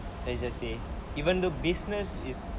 let's just say even though business is